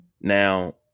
Now